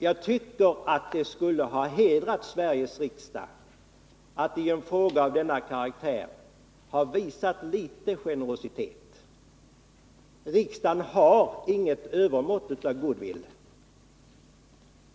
Jag tycker att det skulle ha hedrat Sveriges riksdag att i en fråga av denna karaktär visa litet generositet. Riksdagen har inget övermått av goodwill.